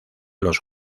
los